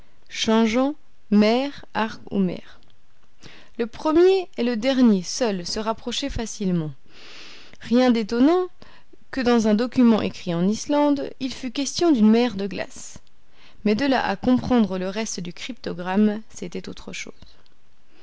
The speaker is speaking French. changeant mère arc ou mer le premier et le dernier seuls se rapprochaient facilement rien d'étonnant que dans un document écrit en islande il fût question d'une mer de glace mais de là à comprendre le reste du cryptogramme c'était autre chose